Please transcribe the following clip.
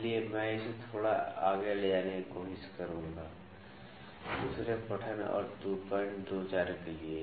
इसलिए मैं इसे थोड़ा आगे ले जाने की कोशिश करूंगा दूसरे पठन और 224 के लिए